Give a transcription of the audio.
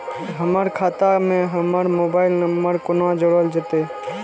हमर खाता मे हमर मोबाइल नम्बर कोना जोरल जेतै?